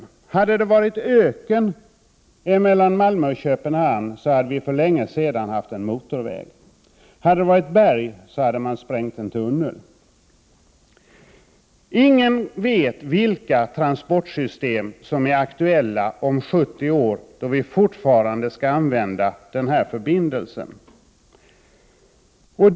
= Ja oden Hade det varit öken mellan Malmö och Köpenhamn, hade vi för länge sedan haft en motorväg. Hade det varit berg, hade man sprängt en tunnel. Ingen vet vilka transportsystem som är aktuella om 70 år, då vi fortfarande skall använda den här förbindelsen.